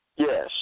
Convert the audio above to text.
Yes